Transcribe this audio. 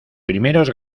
primeros